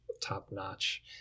top-notch